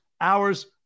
hours